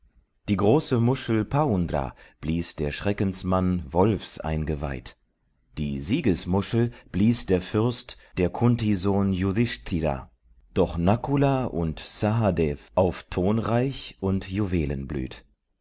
die große muschel pundra blies der schreckensmann wolfseingeweid die siegesmuschel blies der fürst der kunt sohn y doch nakula und sahadev auf tonreich und